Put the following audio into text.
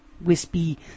wispy